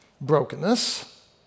brokenness